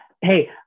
hey